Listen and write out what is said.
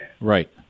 Right